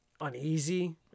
uneasy